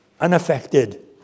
unaffected